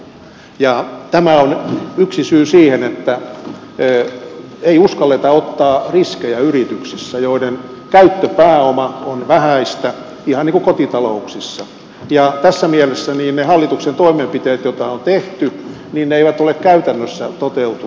tämä on yksi syy siihen että ei uskalleta ottaa riskejä yrityksissä joiden käyttöpääoma on vähäistä ihan niin kuin kotitalouksissa ja tässä mielessä ne hallituksen toimenpiteet joita on tehty eivät ole käytännössä toteutuneet